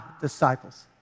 disciples